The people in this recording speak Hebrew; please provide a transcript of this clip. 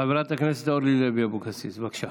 חברת הכנסת אורלי לוי אבקסיס, בבקשה.